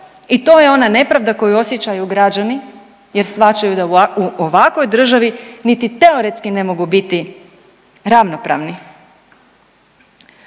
i to je ona nepravda koju osjećaju građani jer shvaćaju da u ovakvoj državi niti teoretski ne mogu biti ravnopravni.